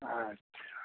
अच्छा